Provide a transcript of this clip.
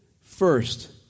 First